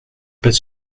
pas